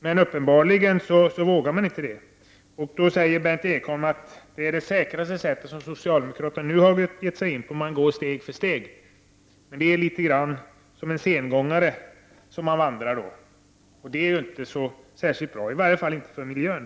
Men uppenbarligen vågar socialdemokraterna inte det. Berndt Ekholm säger att det säkraste sättet är att gå steg för steg på det sätt som socialdemokraterna gör. Men då vandrar man som en sengångare, och det är inte särskilt bra. I varje fall inte för miljön.